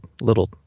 little